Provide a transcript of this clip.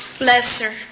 lesser